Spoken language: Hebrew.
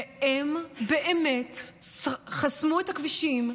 והם באמת חסמו את הכבישים,